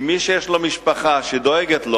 כי מי שיש לו משפחה שדואגת לו,